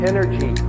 energy